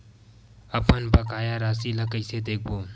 अपन बकाया राशि ला कइसे देखबो?